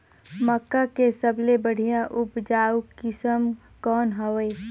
मक्का के सबले बढ़िया उपजाऊ किसम कौन हवय?